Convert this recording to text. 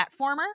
platformer